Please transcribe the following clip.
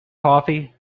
coffee